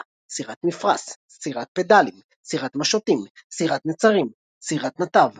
סירת מפרש סירת פדלים סירת משוטים סירת נצרים סירת נתב